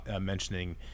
mentioning